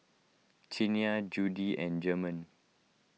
Quiana Judie and German